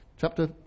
Chapter